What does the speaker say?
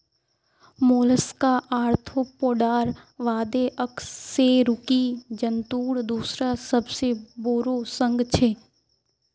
Mollusca आर्थ्रोपोडार बादे अकशेरुकी जंतुर दूसरा सबसे बोरो संघ छे